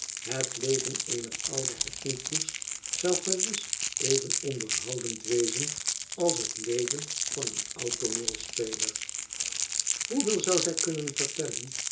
het leven eener oude hackney koets zou gewis even onderhoudend wezen als het leven van een oud tooneelspeler hoeveel zou zij kunnen vertellen